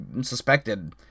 suspected